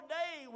day